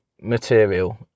material